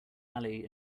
alley